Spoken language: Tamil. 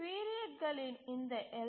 பீரியட்களின் இந்த எல்